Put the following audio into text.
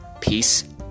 Peace